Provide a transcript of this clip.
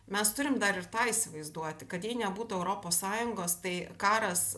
mes turim dar ir tą įsivaizduoti kad jei nebūtų europos sąjungos tai karas